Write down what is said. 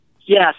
Yes